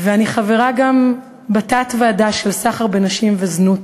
אני חברה גם בתת-הוועדה למאבק בסחר בנשים ובזנות,